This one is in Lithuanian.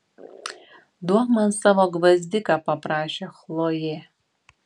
duok man savo gvazdiką paprašė chlojė